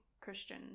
Christian